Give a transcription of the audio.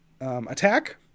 attack